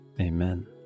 Amen